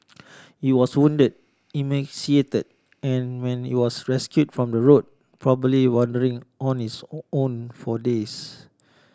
it was wounded emaciated and when it was rescued from the road probably wandering on its O own for days